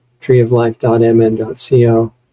treeoflife.mn.co